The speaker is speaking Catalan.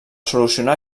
solucionar